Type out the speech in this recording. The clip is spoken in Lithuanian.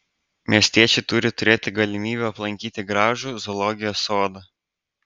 miestiečiai turi turėti galimybę aplankyti gražų zoologijos sodą